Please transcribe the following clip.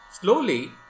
Slowly